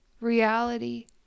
reality